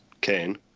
Kane